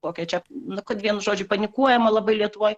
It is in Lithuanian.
kokia čia nu kad vienu žodžiu panikuojama labai lietuvoj